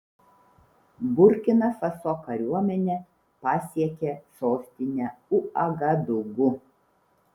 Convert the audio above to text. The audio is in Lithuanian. burkina faso kariuomenė pasiekė sostinę uagadugu